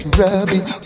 rubbing